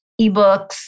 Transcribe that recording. ebooks